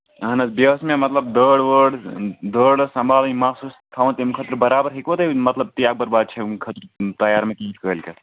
اَہن حظ بیٚیہِ اوس مےٚ مطلب دٲر وٲر دٲر ٲسۍ سنبھالٕنۍ مَس اوس تھاوُن تَمہِ خٲطرٕ برابر ہیٚکِوا تُہۍ ؤنۍ مطلب تی اکبر بادشاہ خٲطرٕ تیار مےٚ کِنٛہہ کٲلۍکٮ۪تھ